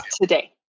today